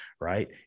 right